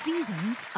Seasons